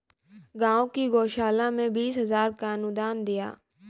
गांव की गौशाला में बीस हजार का अनुदान दिया